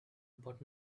but